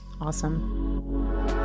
awesome